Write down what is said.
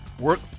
work